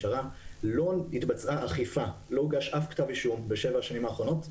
לא התבצעה אכיפה ולא הוגש אף כתב אישום בשבע השנים האחרונות,